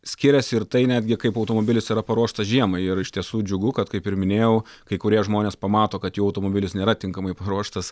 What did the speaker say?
skiriasi ir tai netgi kaip automobilis yra paruoštas žiemai ir iš tiesų džiugu kad kaip ir minėjau kai kurie žmonės pamato kad jų automobilis nėra tinkamai paruoštas